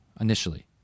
initially